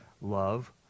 love